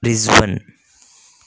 Rizwan